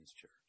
church